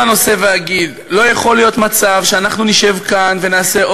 כבוד היושב-ראש, אם אפשר שם, אתם מפריעים לנו קצת.